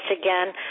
again